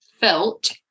felt